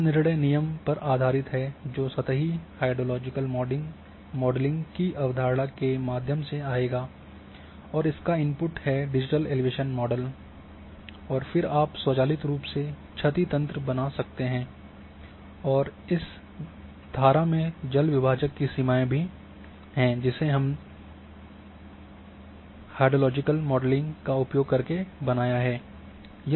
यह निर्णय नियम पर आधारित है जो सतही हाइड्रोलॉजिकल मॉडलिंग की अवधारणा के माध्यम से आएगा और इसका इनपुट है डिजिटल एलिवेशन मॉडल है और फिर आप स्वचालित रूप से क्षति तंत्र बना सकते हैं और इस धारा में जल विभाजक की सीमाएं भी हैं जिसे हमने हाइड्रोलॉजिकल मॉडलिंग का उपयोग करके बनाया है